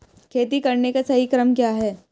खेती करने का सही क्रम क्या है?